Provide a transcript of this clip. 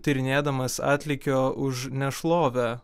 tyrinėdamas atlikio už nešlovę